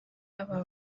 aba